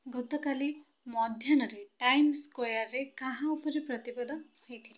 ଗତକାଲି ମଧ୍ୟାହ୍ନରେ ଟାଇମ୍ ସ୍କୋୟାର୍ରେ କାହା ଉପରେ ପ୍ରତିବାଦ ହୋଇଥିଲା